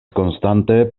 konstante